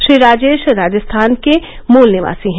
श्री राजेश राजस्थान के मूल निवासी हैं